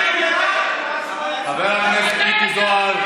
חבר הכנסת מיקי זוהר.